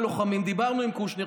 הלוחמים: דיברנו עם קושניר,